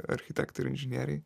architektai ir inžinieriai